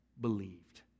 believed